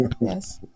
Yes